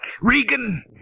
Regan